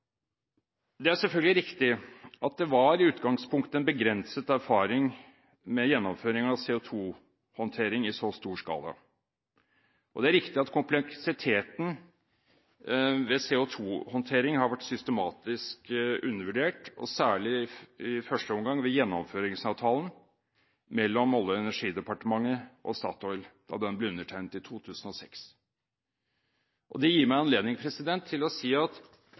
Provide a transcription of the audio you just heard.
Det er selvfølgelig riktig at det i utgangspunktet var begrenset erfaring med gjennomføring av CO2-håndtering i så stor skala, og det er riktig at kompleksiteten ved CO2-håndtering har vært systematisk undervurdert – og særlig i første omgang, da Gjennomføringsavtalen mellom Olje- og energidepartementet og Statoil ble undertegnet i 2006. Det gir meg anledning til å